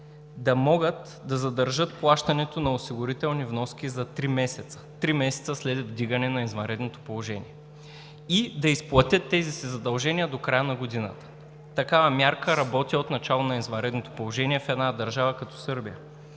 да могат да задържат плащането на осигурителни вноски за три месеца след вдигане на извънредното положение и да изплатят тези си задължения до края на годината. Такава мярка работи от началото на извънредното положение в една държава като Сърбия.